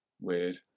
weird